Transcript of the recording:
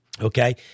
Okay